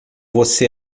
você